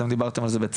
אתם דיברתם על זה בצדק,